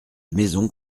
maison